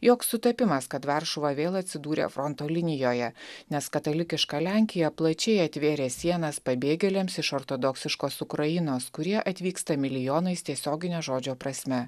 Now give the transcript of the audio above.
joks sutapimas kad varšuva vėl atsidūrė fronto linijoje nes katalikiška lenkija plačiai atvėrė sienas pabėgėliams iš ortodoksiškos ukrainos kurie atvyksta milijonais tiesiogine žodžio prasme